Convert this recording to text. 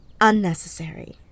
unnecessary